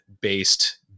based